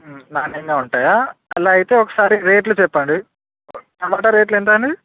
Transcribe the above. నాణ్యంగా ఉంటాయా అలా అయితే ఒకసారి రేట్లు చెప్పండి టమోటా రేట్లు ఎంత అండి